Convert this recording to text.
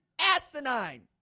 asinine